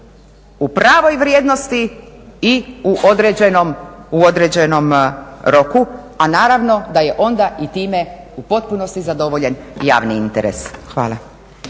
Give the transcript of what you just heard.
u pravoj vrijednosti i u određenom roku, a naravno da je onda i time u potpunosti zadovoljen javni interes. Hvala.